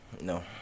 No